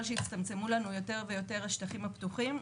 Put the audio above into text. שיצטמצמו לנו יותר ויותר השטחים הפתוחים,